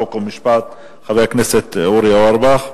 חוק ומשפט חבר הכנסת אורי אורבך.